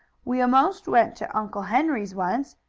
we most went to uncle henry's once,